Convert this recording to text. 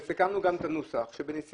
וסיכמנו גם את הנוסח,